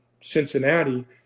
Cincinnati